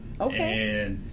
Okay